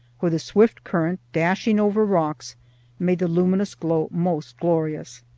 where the swift current dashing over rocks made the luminous glow most glorious.